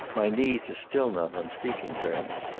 my knees are still not on speaking terms.